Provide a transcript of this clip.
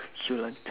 ~culent